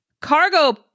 cargo